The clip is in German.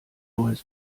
neues